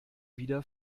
wieder